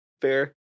fair